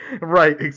Right